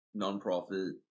nonprofit